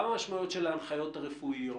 גם המשמעויות של ההנחיות הרפואיות,